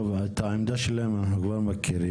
טוב, את העמדה שלהם אנחנו כבר מכירים.